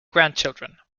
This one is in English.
grandchildren